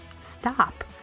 stop